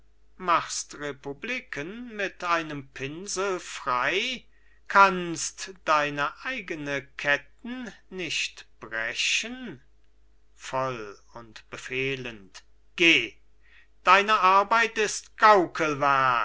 machst republiken mit einem pinsel frei kannst deine eigene ketten nicht brechen voll und befehlend geh deine arbeit ist gaukelwerk